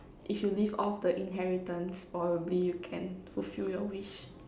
if you live off the inheritance probably you can fulfill your wish